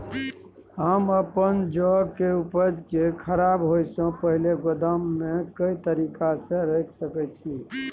हम अपन जौ के उपज के खराब होय सो पहिले गोदाम में के तरीका से रैख सके छी?